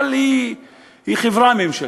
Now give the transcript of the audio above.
אבל היא חברה ממשלתית,